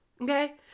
Okay